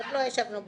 עוד לא ישבנו במטוס.